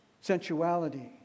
sensuality